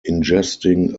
ingesting